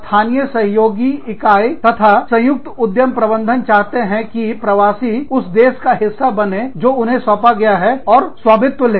स्थानीय सहयोगी इकाई तथा संयुक्त उद्यम प्रबंधन चाहते हैं कि प्रवासी उस देश का हिस्सा बने जो उन्हें सौंपा गया है और स्वामित्व ले